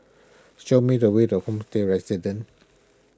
show me the way to Homestay Residences